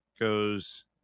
goes